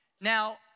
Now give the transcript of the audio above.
Now